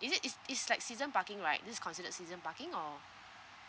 is it is is like season parking right this considered season parking or